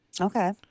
Okay